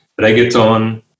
reggaeton